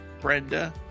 brenda